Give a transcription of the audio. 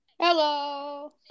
Hello